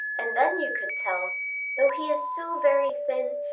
and then you could tell though he is so very thin,